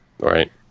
right